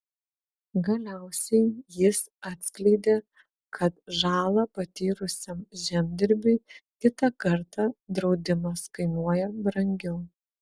galiausiai jis atskleidė kad žalą patyrusiam žemdirbiui kitą kartą draudimas kainuoja brangiau